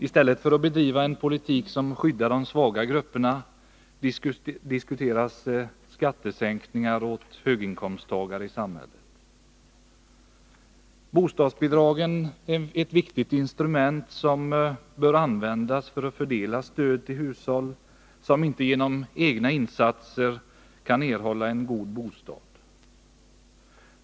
I stället för att bedriva en politik som skyddar de svaga grupperna diskuterar man skattesänkningar åt höginkomsttagare i samhället. Bostadsbidragen är ett viktigt instrument som bör användas för att fördela stöd till hushåll som inte genom egna insatser kan erhålla en god bostad.